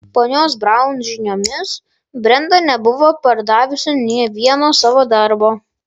ponios braun žiniomis brenda nebuvo pardavusi nė vieno savo darbo